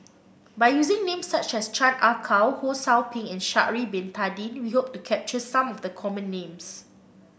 by using names such as Chan Ah Kow Ho Sou Ping and Sha'ari Bin Tadin we hope to capture some of the common names